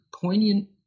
poignant